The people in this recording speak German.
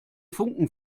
funken